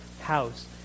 house